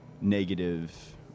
negative